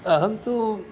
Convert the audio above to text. अहं तु